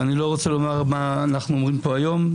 ואני לא רוצה לומר מה אנחנו אומרים פה היום.